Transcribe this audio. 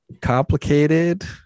complicated